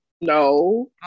No